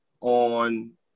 on